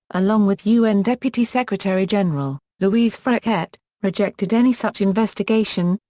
along with un deputy secretary-general, louise frechette, rejected any such investigation,